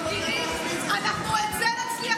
אנחנו את זה נצליח,